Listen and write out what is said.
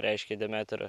reiškia demetr